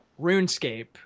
RuneScape